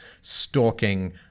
stalking